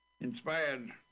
inspired